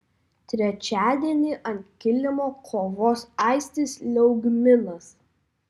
trečiadienį ant kilimo kovos aistis liaugminas